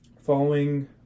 following